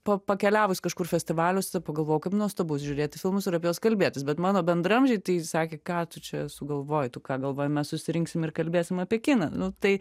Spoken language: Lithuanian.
po pakeliavus kažkur festivaliuose pagalvojau kaip nuostabu žiūrėti filmus ir apie juos kalbėtis bet mano bendraamžiai tai sakė ką tu čia sugalvojai tu ką galvojai mes susirinksim ir kalbėsim apie kiną nu tai